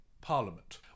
parliament